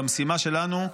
זו המשימה שלנו,